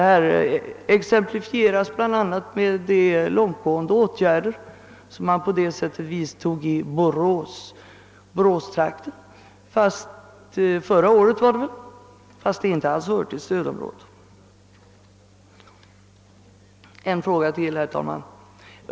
Detta exemplifieras bl.a. med de långtgående åtgärder man på detta sätt vidtog i boråstrakten — det var väl förra året — fastän denna inte alls hör till stödområdet. Jag vill beröra ytterligare en fråga, herr talman.